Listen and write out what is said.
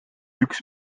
üks